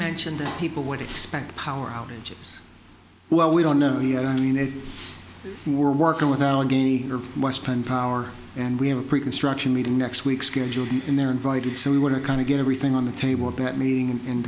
mentioned that people would expect power outages well we don't know yet i mean if we were working with allegheny why spend power and we have a pre construction meeting next week schedule and they're invited so we want to kind of get everything on the table at that meeting and